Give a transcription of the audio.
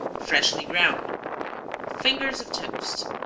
freshly ground fingers of toast